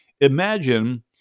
Imagine